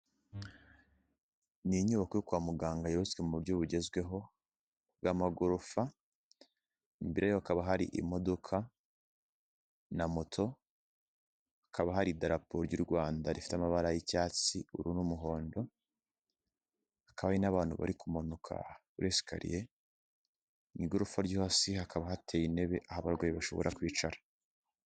Ni inyubako yo kwa muganga yubatswe mu buryo bugezweho bw'amagorofa, imbere yayo haba hari imodoka na moto, hakaba hari idarapo ry'u Rwanda rifite amabara y'icyatsi n'umuhondo, hakaba n'abantu bari kumanuka amasikariye, mu igorofa ryo hasi hakaba hateye intebe abarwayi bashobora kwicaraho.